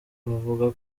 buvuga